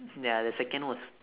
ya the second was